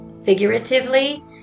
figuratively